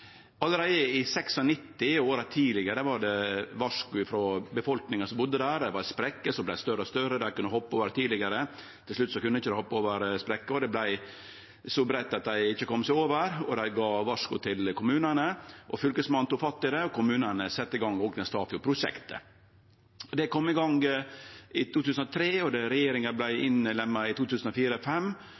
Allereie i 1996 – og i åra før det – kom det varsku frå befolkninga som budde der. Det var ei sprekke som vart større og større. Tidlegare kunne ein hoppe over ho, men til slutt kunne ein ikkje hoppe over sprekka, og det vart så breitt at dei ikkje kunne kome seg over. Då varsla dei kommunane, Fylkesmannen tok fatt i det, og kommunane sette i gang Åknes/Tafjord-prosjektet. Det kom i gang i 2003, og regjeringa vart innlemma i